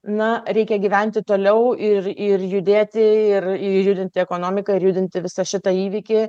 na reikia gyventi toliau ir ir judėti ir ir judinti ekonomiką ir judinti visą šitą įvykį